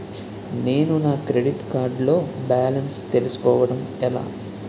నేను నా credit card లో బాలన్స్ తెలుసుకోవడం ఎలా?